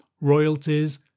royalties